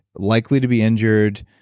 likely to be injured,